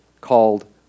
called